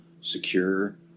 secure